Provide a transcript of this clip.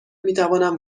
میتوانم